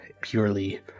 purely